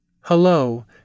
Hello